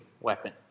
weapon